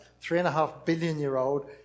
three-and-a-half-billion-year-old